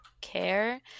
care